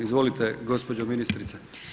Izvolite gospođo ministrice.